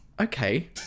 okay